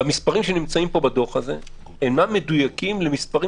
המספרים שמופיעים בדוח לא חופפים למספרים